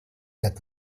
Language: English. had